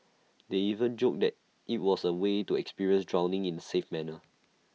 they even joked that IT was A way to experience drowning in A safe manner